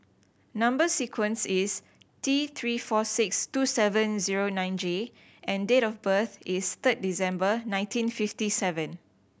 number sequence is T Three four six two seven zero nine J and date of birth is third December nineteen fifty seven